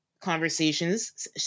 conversations